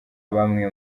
bamwe